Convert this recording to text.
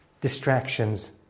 distractions